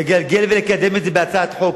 לגלגל ולקדם את זה בהצעת חוק,